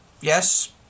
yes